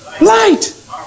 light